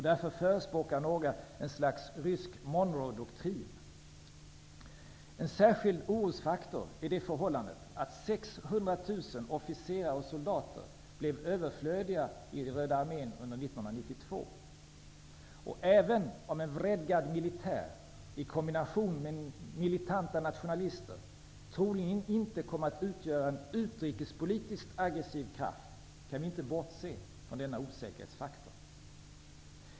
Därför förespråkar några ett slags rysk Monroedoktrin. En särskild orosfaktor är det förhållande att 600 000 officerare och soldater blev överflödiga i röda armén under 1992. Även om en vredgad militär i kombination med militanta nationalister troligen inte kommer att utgöra en utrikespolitiskt aggressiv kraft kan vi inte bortse från denna osäkerhetsfaktor.